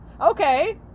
Okay